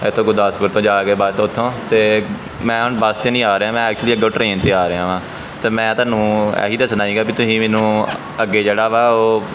ਇੱਥੋਂ ਗੁਰਦਾਸਪੁਰ ਤੋਂ ਜਾ ਕੇ ਬੱਸ ਤੋਂ ਉੱਥੋਂ ਅਤੇ ਮੈਂ ਹੁਣ ਬਸ 'ਤੇ ਨਹੀਂ ਆ ਰਿਹਾ ਮੈਂ ਐਕਚੁਲੀ ਅੱਗੋਂ ਟ੍ਰੇਨ 'ਤੇ ਆ ਰਿਹਾ ਹਾਂ ਅਤੇ ਮੈਂ ਤੁਹਾਨੂੰ ਇਹੀ ਦੱਸਣਾ ਸੀਗਾ ਵੀ ਤੁਸੀਂ ਮੈਨੂੰ ਅੱਗੇ ਜਿਹੜਾ ਵਾ ਉਹ